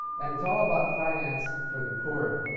and it's all about finance for the poor,